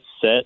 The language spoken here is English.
set